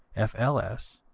f l s,